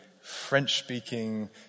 French-speaking